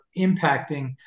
impacting